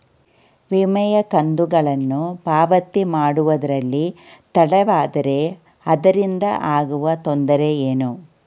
ವಿಮೆಯ ಕಂತುಗಳನ್ನು ಪಾವತಿ ಮಾಡುವುದರಲ್ಲಿ ತಡವಾದರೆ ಅದರಿಂದ ಆಗುವ ತೊಂದರೆ ಏನು?